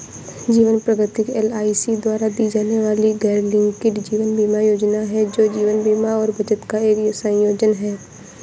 जीवन प्रगति एल.आई.सी द्वारा दी जाने वाली गैरलिंक्ड जीवन बीमा योजना है, जो जीवन बीमा और बचत का एक संयोजन है